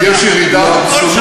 ויש ירידה אבסולוטית,